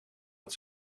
het